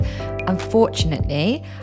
Unfortunately